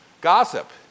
gossip